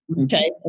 okay